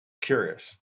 curious